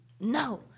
no